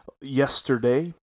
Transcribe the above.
yesterday